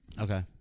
Okay